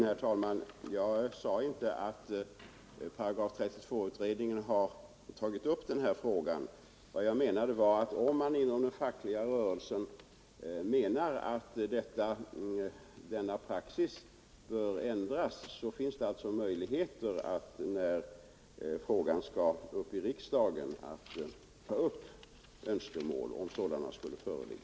Herr talman! Jag sade inte att § 32-utredningen har tagit upp denna fråga. Vad jag menade var att om man inom den fackliga rörelsen anser att denna praxis bör ändras finns möjligheter att när frågan kommer upp i riksdagen ta upp önskemål härom.